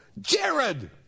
Jared